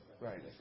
Right